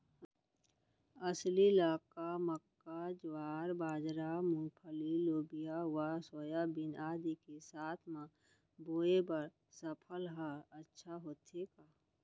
अलसी ल का मक्का, ज्वार, बाजरा, मूंगफली, लोबिया व सोयाबीन आदि के साथ म बोये बर सफल ह अच्छा होथे का?